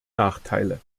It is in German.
nachteile